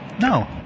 No